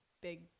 big